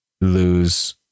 lose